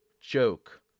joke